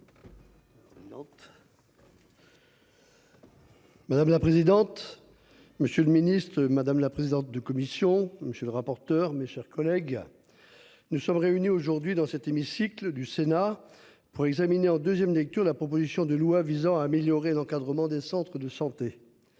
Madame la présidente. Monsieur le Ministre, madame la présidente de commission. Monsieur le rapporteur. Mes chers collègues. Nous sommes réunis aujourd'hui dans cet hémicycle du Sénat pour examiner en 2ème lecture la proposition de loi visant à améliorer l'encadrement des centres de santé.